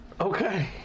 Okay